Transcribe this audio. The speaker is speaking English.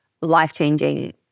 life-changing